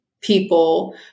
people